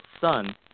son